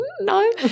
no